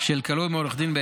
של כלוא עם עורך דין.